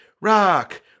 rock